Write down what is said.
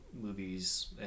movies